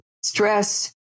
stress